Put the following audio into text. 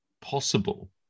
possible